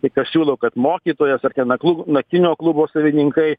kai kas siūlo kad mokytojas ar ten naklu naktinio klubo savininkai